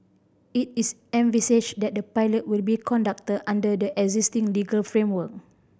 it is envisaged that the pilot will be conducted under the existing legal framework